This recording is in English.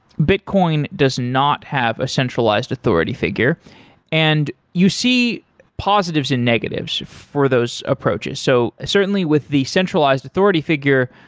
bitcoin does not have a centralized authority figure and you see positives and negatives for those approaches so certainly, with the centralized authority figure,